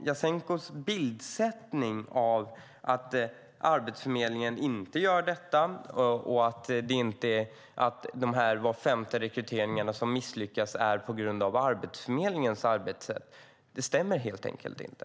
Jasenkos bildsättning att Arbetsförmedlingen inte gör detta och att var femte rekrytering misslyckas på grund av Arbetsförmedlingens arbetssätt stämmer helt enkelt inte.